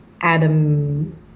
Adam